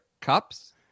cups